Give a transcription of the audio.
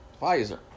Pfizer